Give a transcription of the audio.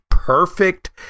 perfect